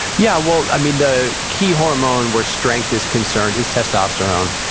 yeah, well, i mean, the key hormone where strength is concerned is testosterone.